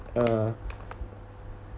uh